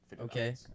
Okay